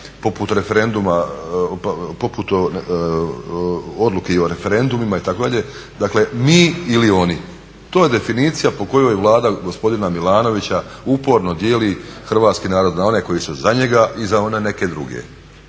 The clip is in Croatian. poput odluke i o referendumima itd. Dakle, mi ili oni. To je definicija po kojoj Vlada gospodina Milanovića uporno dijeli hrvatski narod na one koji su za njega i za one neke druge.